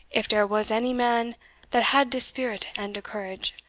if dere was any man that had de spirit and de courage,